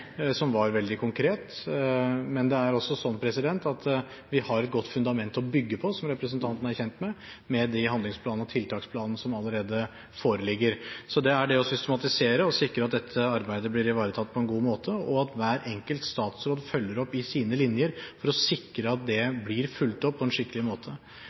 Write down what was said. som var veldig konkret. Men det er også slik at vi har et godt fundament å bygge på, som representanten er kjent med, med de handlingsplanene og den tiltaksplanen som allerede foreligger. Så det er det å systematisere og sikre at dette arbeidet blir ivaretatt på en god måte, og at hver enkelt statsråd følger opp i sine linjer for å sikre at dette blir fulgt opp på en skikkelig måte.